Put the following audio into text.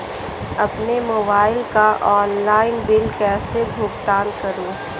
अपने मोबाइल का online bill कैसे भुगतान करूं?